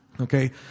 Okay